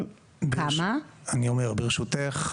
ברשותך,